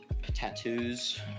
tattoos